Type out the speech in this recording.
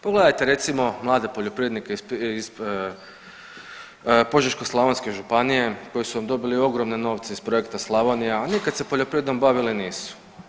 Pogledajte recimo mlade poljoprivrednike iz Požeško-slavonske županije koji su dobili ogromne novce iz projekta Slavonija, a nikad se poljoprivredom bavili nisu.